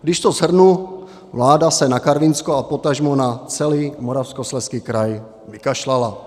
Když to shrnu, vláda se na Karvinsko a potažmo na celý Moravskoslezský kraj vykašlala.